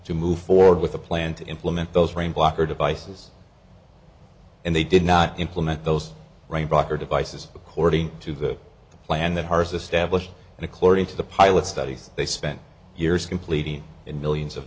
to move forward with a plan to implement those brain blocker devices and they did not implement those run blocker devices according to the plan the cars established and according to the pilot studies they spent years completing in millions of